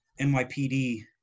NYPD